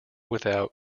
without